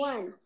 One